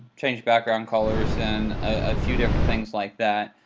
change background colors, and a few different things like that,